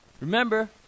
Remember